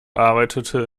arbeitete